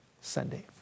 Sunday